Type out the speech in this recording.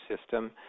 system